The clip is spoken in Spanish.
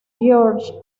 george